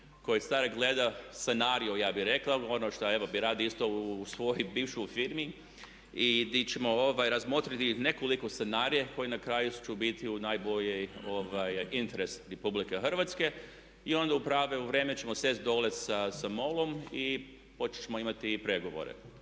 se ne razumije./… ja bih rekao ono šta evo bih radio isto u svojoj bivšoj firmi. I gdje ćemo razmotriti nekoliko scenarija koji na kraju će biti u najboljem interesu RH. I onda u pravo vrijeme ćemo sjesti dolje sa MOL-om i početi ćemo imati pregovore.